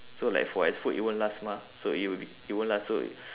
so like for as food it won't last mah so it would be it won't last so